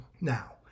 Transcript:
Now